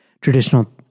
traditional